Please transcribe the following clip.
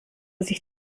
sich